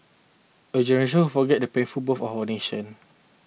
a generation who forget the painful birth of our nation